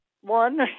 one